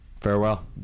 Farewell